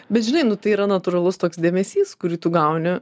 bet žinai nu tai yra natūralus toks dėmesys kurį tu gauni